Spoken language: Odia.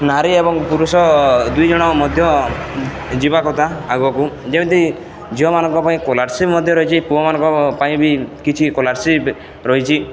ନାରୀ ଏବଂ ପୁରୁଷ ଦୁଇଜଣ ମଧ୍ୟ ଯିବା କଥା ଆଗକୁ ଯେମିତି ଝିଅମାନଙ୍କ ପାଇଁ କଲାରସିପ ମଧ୍ୟ ରହିଛି ପୁଅମାନଙ୍କ ପାଇଁ ବି କିଛି କଲାରସିପ୍ ରହିଛି